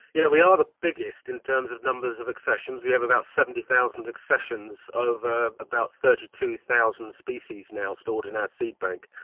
yeah we are the biggest in terms of numbers of accessions. we have about seventy thousand accessions over about thirty two thousand species now stored in our seed bank,